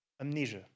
amnesia